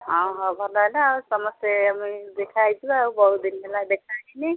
ହଉ ଭଲ ହେଲା ଆଉ ସମସ୍ତେ ମିଳି ଦେଖା ହେଇଯିବା ଆଉ ବହୁତ ଦିନ ହେଲା ଦେଖା ହେଇନି